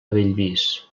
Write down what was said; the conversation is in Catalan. bellvís